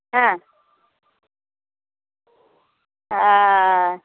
हँ ओ